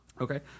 Okay